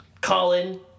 Colin